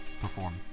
perform